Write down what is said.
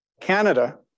Canada